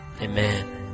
Amen